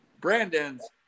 Brandon's